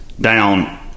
down